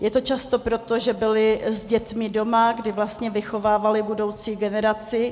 Je to často proto, že byly s dětmi doma, kdy vlastně vychovávaly budoucí generaci.